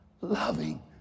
loving